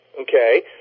Okay